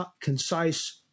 concise